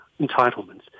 entitlements